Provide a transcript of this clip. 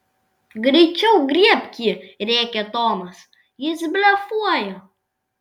greičiau griebk jį rėkė tomas jis blefuoja